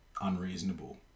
unreasonable